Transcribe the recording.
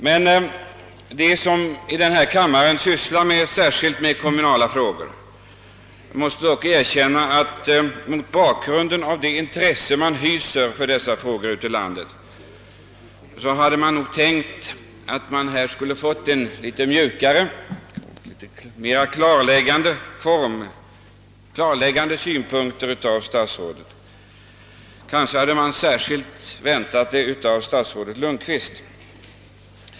Mot bakgrunden av det stora intresse man ute i landet hyser för dessa frågor hade säkerligen de ledamöter av denna kammare som sysslar speciellt med kommunala spörsmål hoppats att i statsrådets svar finna litet mjukare och mera klarläggande synpunkter. Kanske hade jag särskilt väntat det av statsrådet Lundkvist.